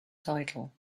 title